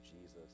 Jesus